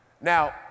Now